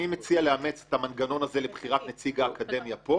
אני מציע לאמץ את המנגנון הזה לבחירת נציג האקדמיה פה.